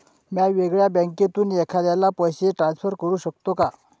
म्या वेगळ्या बँकेतून एखाद्याला पैसे ट्रान्सफर करू शकतो का?